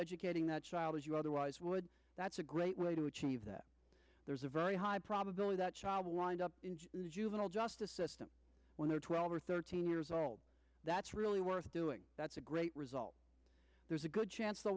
educating that child as you otherwise would that's a great way to achieve that there's a very high probability that child lined up in all justice system when they're twelve or thirteen years old that's really worth doing that's a great result there's a good chance t